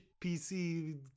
PC